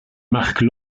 marques